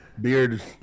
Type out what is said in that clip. beard